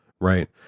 right